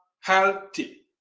healthy